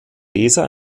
leser